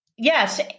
Yes